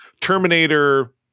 Terminator